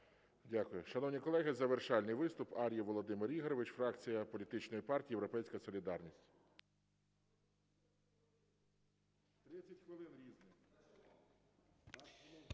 Дякую. Шановні колеги, завершальний виступ – Ар'єв Володимир Ігорович, фракція політичної партії "Європейська солідарність".